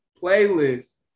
Playlist